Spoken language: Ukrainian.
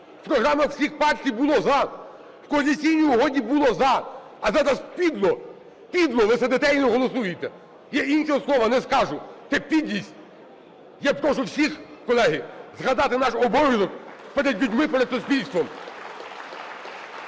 програмах всіх партій було "за", в Коаліційній угоді було "за", а зараз підло, підло ви сидите і не голосуєте. Я іншого слова не скажу, це підлість. Я прошу всіх, колеги, згадати наш обов'язок перед людьми, перед суспільством...